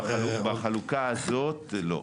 בחלוקה הזאת לא.